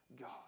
God